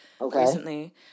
recently